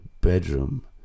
bedroom